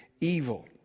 evil